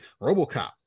Robocop